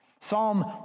Psalm